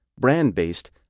brand-based